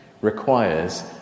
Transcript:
requires